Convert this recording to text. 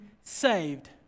saved